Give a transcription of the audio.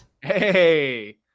Hey